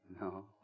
No